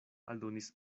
aldonis